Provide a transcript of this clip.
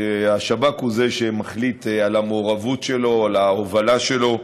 השב"כ הוא שמחליט על המעורבות שלו, על ההובלה שלו,